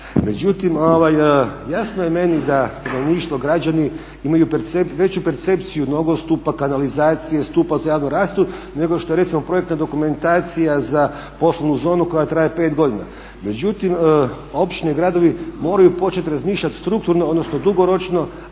Međutim jasno je meni da stanovništvo, građani imaju veću percepciju nogostupa, kanalizacije, stupa za javnu rasvjetu nego što je recimo projektna dokumentacija za poslovnu zonu koja traje pet godina. Međutim općine i gradovi moraju početi razmišljati strukturno odnosno dugoročno,